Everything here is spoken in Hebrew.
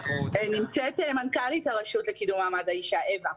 נמצאת מנכ"לית הרשות לקידום מעמד האישה, אווה.